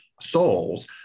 souls